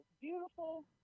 beautiful